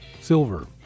silver